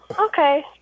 okay